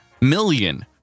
million